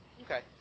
Okay